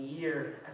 year